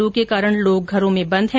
लू के कारण लोग घरों में बंद है